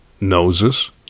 noses